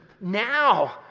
now